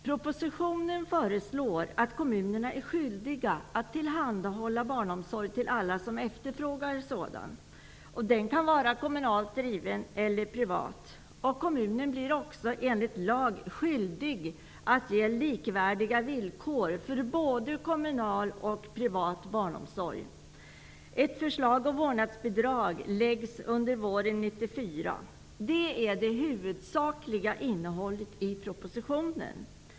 Propositionen föreslår att kommunerna är skyldiga att tillhandahålla barnomsorg till alla som efterfrågar sådan. Den kan vara kommunalt driven eller privat. Kommunen blir också enligt lag skyldig att ge likvärdiga villkor för både kommunal och privat barnomsorg. Ett förslag om vårdnadsbidrag läggs under våren 1994. Det är det huvudsakliga innehållet i propositionen.